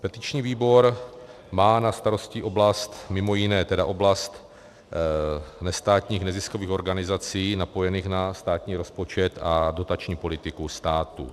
Petiční výbor má na starosti oblast, mimo jiné tedy, oblast nestátních neziskových organizací napojených na státní rozpočet a dotační politiku státu.